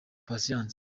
patient